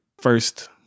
first